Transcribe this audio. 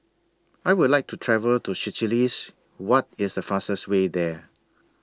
I Would like to travel to Seychelles What IS The fastest Way There